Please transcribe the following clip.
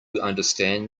understand